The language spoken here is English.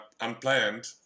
unplanned